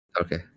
Okay